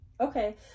Okay